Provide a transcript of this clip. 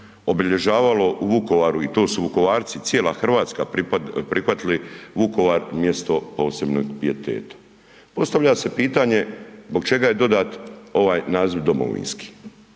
obilježavalo u Vukovaru i to su Vukovarci i cijela Hrvatska prihvatili Vukovar mjesto posebnog pijeteta. Postavlja se pitanje zbog čega je dodat ovaj naziv domovinski.